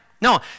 No